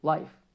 Life